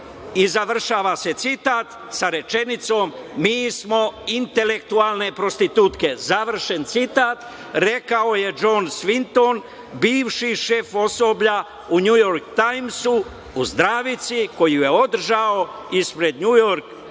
I završava se citat sa rečenicom - mi smo intelektualne prostitutke. Završen citat, rekao je Džon Svinton, bivši šef osoblja u "Njujork Tajmsu" u zdravici koju je održao ispred Njujork pres